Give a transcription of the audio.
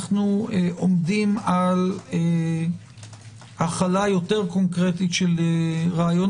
אנו עומדים על החלה יותר קונקרטית של רעיון